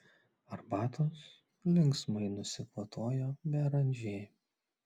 arbatos linksmai nusikvatojo beranžė